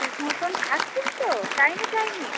ঠিক মতোন খাচ্ছেন তো টাইমে টাইমে